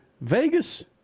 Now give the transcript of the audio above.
Vegas